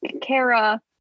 Kara